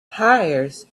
hires